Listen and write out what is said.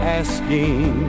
asking